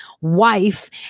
wife